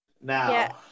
Now